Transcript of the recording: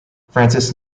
francis